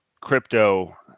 crypto